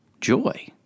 joy